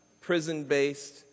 prison-based